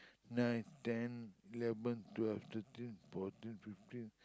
nine ten eleven twelve thirteen fourteen fifteen